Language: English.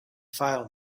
file